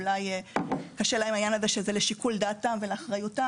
אולי קשה להם העניין הזה שזה לשיקול דעתם ולאחריותם.